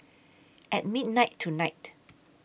At midnight tonight